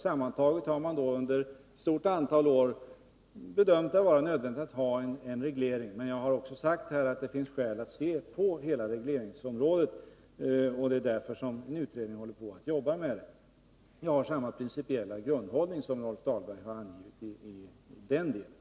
Sammantaget har man under ett stort antal år bedömt det vara nödvändigt med en reglering. Men jag har också sagt att det finns skäl att se på hela regleringsområdet, och det är därför en utredning håller på att arbeta med detta. I den delen har jag samma principiella grundinställning som Rolf Dahlberg har angivit.